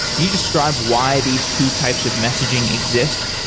can you describe why these two types of messaging exist?